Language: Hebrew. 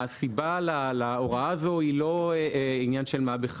והסיבה להוראה הזו היא לא עניין של מה בכך.